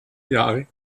jahre